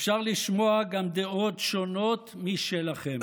אפשר לשמוע גם דעות שונות משלכם,